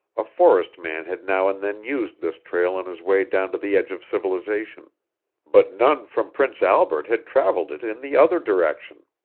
a forest man had now and then used this trail on his way down to the edge of civilization but none from prince albert had traveled it in the other direction.